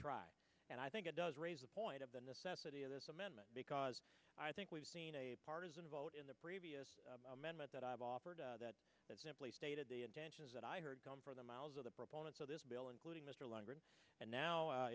try and i think it does raise a point of the necessity of this amendment because i think we've seen a partisan vote in the previous amendment that i've offered that simply stated the intentions that i heard going for the miles of the proponents of this bill including mr longdon and now